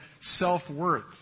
self-worth